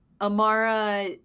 amara